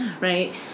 right